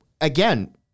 again